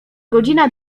godzina